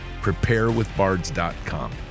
Preparewithbards.com